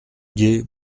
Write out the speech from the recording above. gué